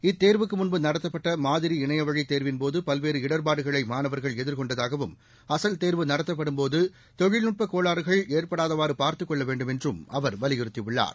இத்தேர்வுக்கு முன்பு நடத்தப்பட்ட மாதிரி இணையவழி தேர்வின்போது பல்வேறு இடர்பாடுகளை மாணவர்கள் எதிர்கொண்டதாகவும் அசல் தேர்வு நடத்தப்படும்போது தொழில்நுட்பக் கோளாறுகள் ஏற்படாதவாறு பார்த்துக் கொள்ள வேண்டும் என்று அவர் வலியுறுத்தியுள்ளார்